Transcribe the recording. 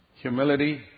Humility